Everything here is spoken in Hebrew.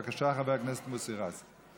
בבקשה, חבר הכנסת מוסי רז.